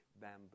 bamboo